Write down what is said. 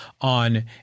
on